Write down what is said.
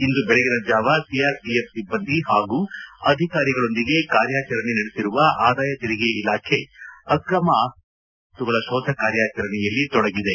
ಇಂದು ಬೆಳಗಿನ ಜಾವ ಸಿಆರ್ಪಿಎಫ್ ಸಿಬ್ಬಂದಿ ಹಾಗೂ ಅಧಿಕಾರಿಗಳೊಂದಿಗೆ ಕಾರ್ಯಾಚರಣೆ ನಡೆಸಿರುವ ಆದಾಯ ತೆರಿಗೆ ಇಲಾಖೆ ಅಕ್ರಮ ಅಸ್ತಿ ಹಾಗೂ ಇನ್ವಿತರ ವಸ್ತುಗಳ ಶೋಧ ಕಾರ್ಯಾಚರಣೆಯಲ್ಲಿ ತೊಡಗಿದೆ